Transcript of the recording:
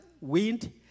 wind